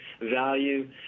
value